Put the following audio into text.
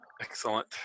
Excellent